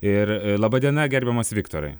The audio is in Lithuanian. ir laba diena gerbiamas viktorai